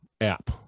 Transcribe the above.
app